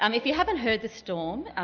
um if you haven't heard the storm,